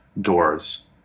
doors